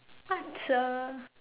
what the